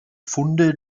funde